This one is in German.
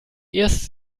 erst